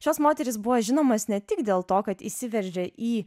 šios moterys buvo žinomos ne tik dėl to kad įsiveržė į